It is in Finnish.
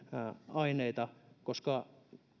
aineita koska